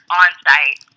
on-site